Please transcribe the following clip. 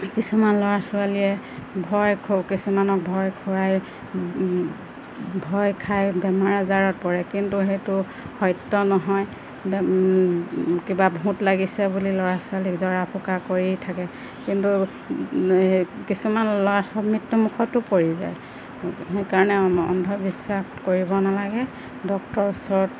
কিছুমান ল'ৰা ছোৱালীয়ে ভয় কিছুমানক ভয় খুৱাই ভয় খাই বেমাৰ আজাৰত পৰে কিন্তু সেইটো সত্য নহয় কিবা ভূত লাগিছে বুলি ল'ৰা ছোৱালীক জৰা ফুকা কৰি থাকে কিন্তু কিছুমান ল'ৰা ছোৱালী মৃত্যু মুখতো পৰি যায় সেইকাৰণে অন্ধবিশ্বাস কৰিব নালাগে ডক্তৰ ওচৰত